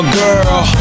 girl